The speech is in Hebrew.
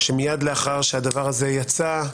מיד לאחר שהדבר הזה יצא,